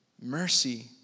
Mercy